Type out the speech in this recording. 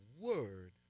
word